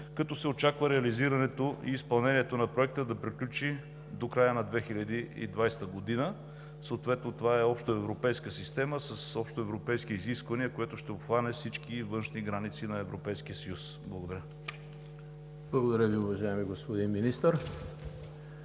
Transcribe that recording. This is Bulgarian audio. като се очаква реализирането и изпълнението на проекта да приключи до края на 2020 г. Това е общоевропейска система с общоевропейски изисквания, което ще обхване всички външни граници на Европейския съюз. Благодаря. ПРЕДСЕДАТЕЛ ЕМИЛ ХРИСТОВ: Благодаря Ви, уважаеми господин Министър.